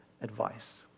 advice